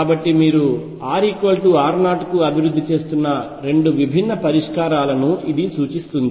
కాబట్టి మీరు r r0కు అభివృద్ధి చేస్తున్న 2 విభిన్న పరిష్కారాలను సూచిస్తుంది